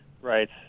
right